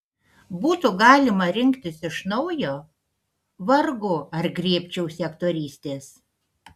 būtų galima rinktis iš naujo vargu ar griebčiausi aktorystės